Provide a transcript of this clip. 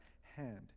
hand